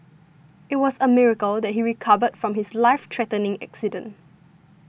it was a miracle that he recovered from his life threatening accident